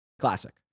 Classic